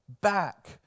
back